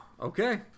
Okay